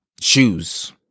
shoes